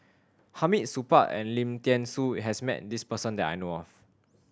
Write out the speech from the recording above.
Hamid Supaat and Lim Thean Soo has met this person that I know of